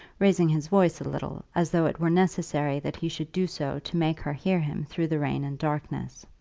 raising his voice a little, as though it were necessary that he should do so to make her hear him through the rain and darkness.